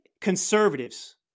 conservatives